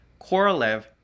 Korolev